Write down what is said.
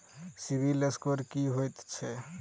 CIBIL score की होइत छैक?